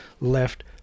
Left